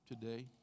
today